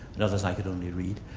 the others i could only read,